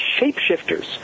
shapeshifters